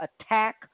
attack